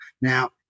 Now